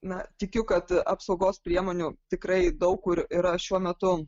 na tikiu kad apsaugos priemonių tikrai daug kur yra šiuo metu